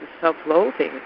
self-loathing